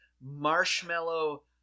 marshmallow